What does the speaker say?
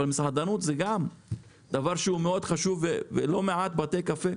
מסעדנות זה גם דבר שהוא מאוד חשוב ולא מעט בתי קפה,